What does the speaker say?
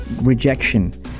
rejection